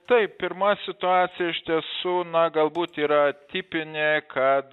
tai pirma situacija iš tiesų na galbūt yra tipinė kad